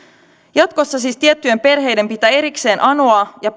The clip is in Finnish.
jatkossa siis tiettyjen perheiden pitää erikseen anoa ja